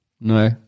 No